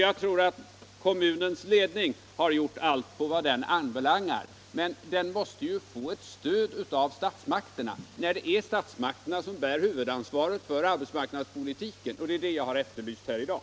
Jag tror alltså att kommunens ledning har gjort allt vad på den ankommer. Men den måste ju få ett stöd av statsmakterna, när det är 73 statsmakterna som bär huvudansvaret för arbetsmarknadspolitiken, och det är det jag har efterlyst här i dag.